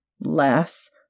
less